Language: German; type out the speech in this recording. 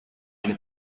eine